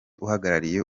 uhagarariye